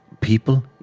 people